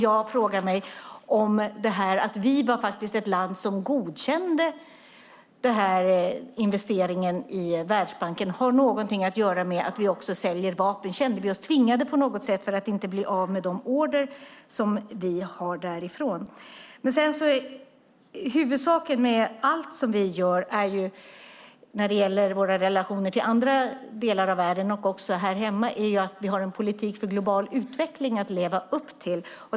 Jag frågar mig om detta att vi som land godkände den här investeringen i Världsbanken har någonting att göra med att vi också säljer vapen. Kände vi oss tvingade på något sätt för att inte bli av med de order som vi har därifrån? Huvudsaken när det gäller våra relationer till andra delar av världen och här hemma är att vi har en politik för global utveckling att leva upp till.